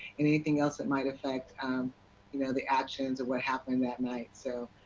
anything else that might affect you know the actions of what happened that night. so